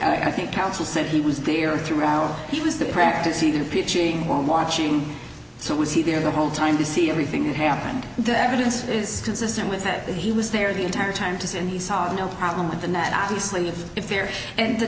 did i think counsel said he was there through our he was the practice either preaching watching so was he there the whole time to see everything that happened the evidence is consistent with that he was there the entire time to see and he saw no problem with the net obviously if air and the